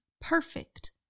Perfect